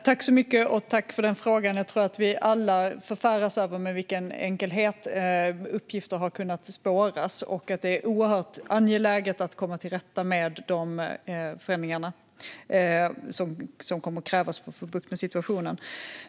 Fru talman! Jag tackar för den frågan! Jag tror att vi alla förfäras över med vilken enkelhet uppgifter har kunnat spåras, och det är oerhört angeläget att komma till rätta med de förändringar som kommer att krävas för att få bukt med situationen.